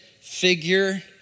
figure